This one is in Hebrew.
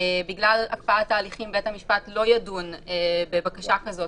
בגלל הקפאת ההליכים בית המשפט לא ידון בבקשה כזו